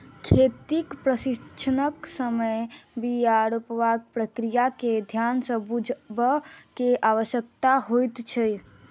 खेतीक प्रशिक्षणक समय बीया रोपबाक प्रक्रिया के ध्यान सँ बुझबअ के आवश्यकता होइत छै